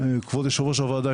כבוד יושב ראש הוועדה,